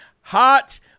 Hot